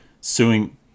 suing